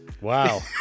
Wow